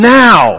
now